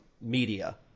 media